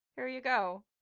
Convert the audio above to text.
here you go.